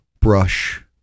brush